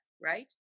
right